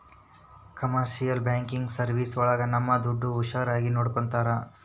commercial banking service ಒಳಗ ನಮ್ ದುಡ್ಡು ಹುಷಾರಾಗಿ ನೋಡ್ಕೋತರ